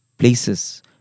places